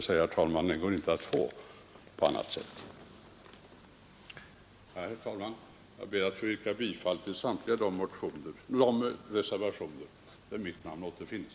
Herr talman! Jag ber att få yrka bifall till samtliga de reservationer där mitt namn återfinnes.